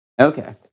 Okay